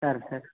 sir sir